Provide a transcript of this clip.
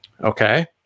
Okay